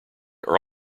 are